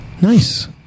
Nice